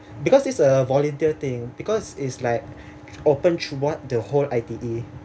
because it's a volunteer thing because is like open throughout the whole I_T_E